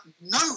no